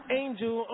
angel